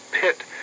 pit